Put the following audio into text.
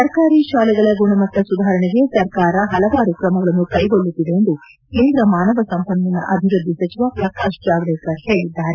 ಸರ್ಕಾರಿ ಶಾಲೆಗಳ ಗುಣಮಟ್ಟ ಸುಧಾರಣೆಗೆ ಸರ್ಕಾರ ಹಲವಾರು ತ್ರಮಗಳನ್ನು ಕೈಗೊಳ್ಳುತ್ತಿದೆ ಎಂದು ಕೇಂದ್ರ ಮಾನವ ಸಂಪನ್ಮೂಲ ಅಭಿವೃದ್ಧಿ ಸಚಿವ ಪ್ರಕಾಶ್ ಜಾವಡೇಕರ್ ಹೇಳಿದ್ದಾರೆ